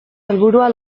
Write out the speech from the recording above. helburua